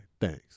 thanks